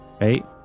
right